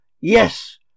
Yes